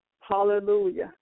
Hallelujah